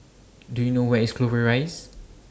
Do YOU know Where IS Clover Rise